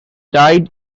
died